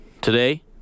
today